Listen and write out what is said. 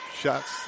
shots